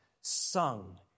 sung